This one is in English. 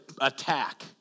attack